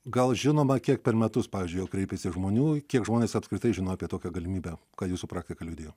gal žinoma kiek per metus pavyzdžiui kreipėsi žmonių kiek žmonės apskritai žino apie tokią galimybę kad jūsų praktika liudija